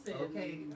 Okay